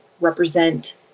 represent